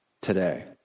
today